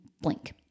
blink